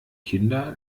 kinder